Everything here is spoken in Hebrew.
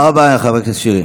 תודה רבה, חבר הכנסת שירי.